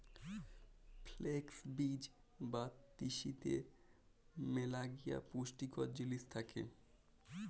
flakes বীজ বা তিসিতে ম্যালাগিলা পুষ্টিকর জিলিস থ্যাকে